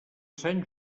sant